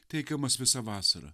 teikiamas visą vasarą